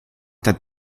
der